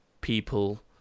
people